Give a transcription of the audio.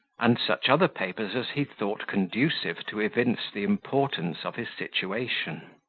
and such other papers as he thought conducive to evince the importance of his situation.